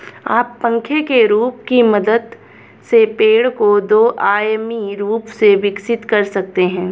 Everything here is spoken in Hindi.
आप पंखे के रूप की मदद से पेड़ को दो आयामी रूप से विकसित कर सकते हैं